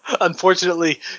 Unfortunately